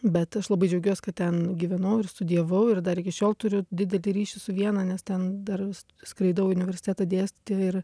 bet aš labai džiaugiuos kad ten gyvenau ir studijavau ir dar iki šiol turiu didelį ryšį su viena nes ten dar skraidau į universitetą dėstyti ir